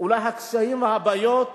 הקשיים והבעיות